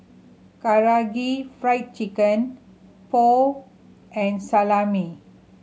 Karaage Fried Chicken Pho and Salami